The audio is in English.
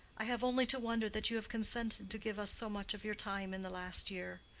i have only to wonder that you have consented to give us so much of your time in the last year.